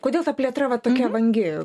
kodėl ta plėtra va tokia vangi